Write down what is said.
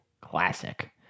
classic